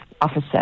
officer